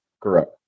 Correct